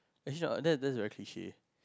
actually not that that is very cliche